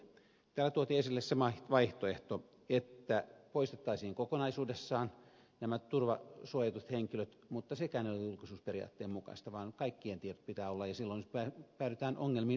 täällä tuotiin esille se vaihtoehto että poistettaisiin kokonaisuudessaan nämä turvasuojatut henkilöt mutta sekään ei ole julkisuusperiaatteen mukaista vaan kaikkien tietojen pitää olla ja silloin päädytään ongelmiin yhdenvertaisuusperiaatteen kanssa